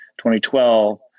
2012